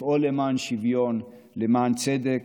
לפעול למען שוויון ולמען צדק,